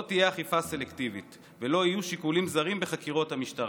לא תהיה אכיפה סלקטיבית ולא יהיו שיקולים זרים בחקירות המשטרה.